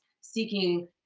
seeking